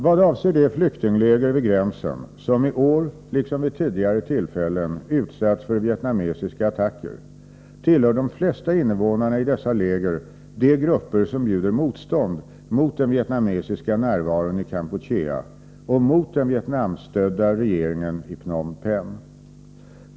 Vad avser de flyktingläger vid gränsen som i år liksom vid tidigare tillfällen utsatts för vietnamesiska attacker, tillhör de flesta invånarna i dessa läger de grupper som bjuder motstånd mot den vietnamesiska närvaron i Kampuchea och mot den Vietnamstödda regeringen i Phnom Penh.